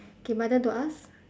okay my turn to ask